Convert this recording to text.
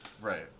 right